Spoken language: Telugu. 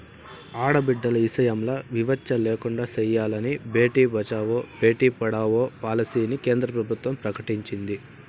ఆడబిడ్డల ఇసయంల వివచ్చ లేకుండా సెయ్యాలని బేటి బచావో, బేటీ పడావో పాలసీని కేంద్ర ప్రభుత్వం ప్రకటించింది